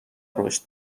رشد